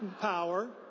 power